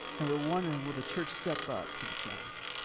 and we're wondering will the church step up to the challenge?